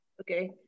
okay